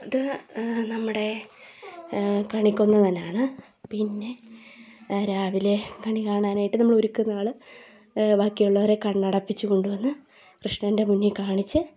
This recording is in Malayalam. അത് നമ്മുടെ കണിക്കൊന്ന തന്നെയാണ് പിന്നെ രാവിലെ കണികാണാനായിട്ട് നമ്മൾ ഒരുക്കുന്നതാണ് ബാക്കിയുള്ളവരെ കണ്ണടപ്പിച്ച് കൊണ്ടുവന്ന് കൃഷ്ണൻ്റെ മുന്നിൽ കാണിച്ച്